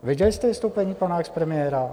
Viděli jste vystoupení pana expremiéra?